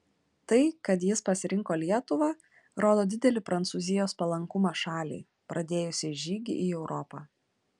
tai kad jis pasirinko lietuvą rodo didelį prancūzijos palankumą šaliai pradėjusiai žygį į europą